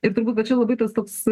ir turbūt va čia labai tas toks